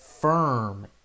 firm